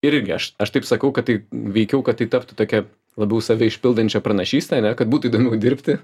ir irgi aš aš taip sakau kad tai veikiau kad tai taptų tokia labiau save išpildančia pranašyste ane kad būtų įdomiau dirbti